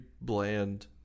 bland